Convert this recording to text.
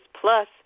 plus